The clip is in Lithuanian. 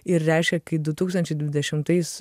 ir reiškia kai du tūkstančiai dvidešimtais